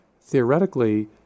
theoretically